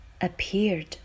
appeared